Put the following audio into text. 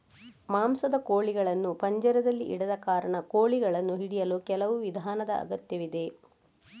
ಮಾಂಸದ ಕೋಳಿಗಳನ್ನು ಪಂಜರದಲ್ಲಿ ಇಡದ ಕಾರಣ, ಕೋಳಿಗಳನ್ನು ಹಿಡಿಯಲು ಕೆಲವು ವಿಧಾನದ ಅಗತ್ಯವಿದೆ